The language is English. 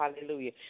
hallelujah